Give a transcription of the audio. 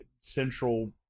central